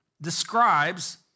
describes